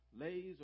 lays